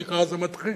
כי ככה זה מתחיל.